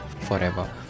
forever